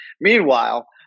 Meanwhile